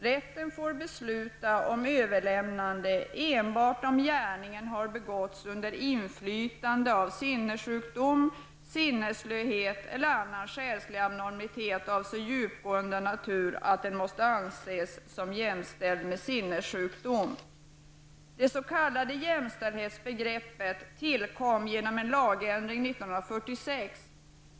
Rätten får besluta om överlämnande enbart om gärningen har begåtts under inflytande av sinnessjukdom, av sinnesslöhet eller av annan själslig abnormitet av så djupgående natur att den måste anses som jämställd med sinnessjukdom. Det s.k. jämställdhetsbegreppet tillkom genom en lagändring 1946.